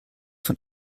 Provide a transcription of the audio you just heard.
von